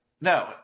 No